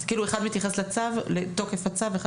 זה כאילו אחד מתייחס לתוקף הצו ואחד